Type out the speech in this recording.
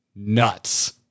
nuts